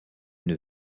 une